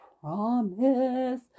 promise